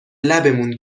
لبمون